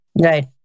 Right